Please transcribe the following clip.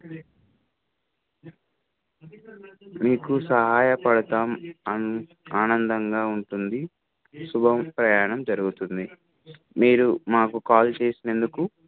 మీకు సహాయపడడం అన్ ఆనందంగా ఉంటుంది శుభ ప్రయాణం జరుగుతుంది మీరు మాకు కాల్ చేసినందుకు